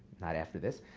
not after this.